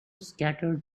scattered